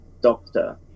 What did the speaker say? doctor